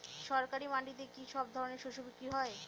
সরকারি মান্ডিতে কি সব ধরনের শস্য বিক্রি হয়?